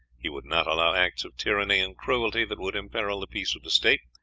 he would not allow acts of tyranny and cruelty that would imperil the peace of the state,